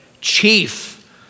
chief